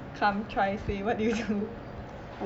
come try say what did you do